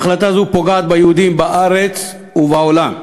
החלטה זו פוגעת ביהודים בארץ ובעולם.